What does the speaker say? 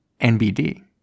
nbd